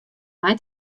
mei